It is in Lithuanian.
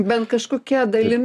bent kažkokia dalim